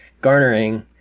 garnering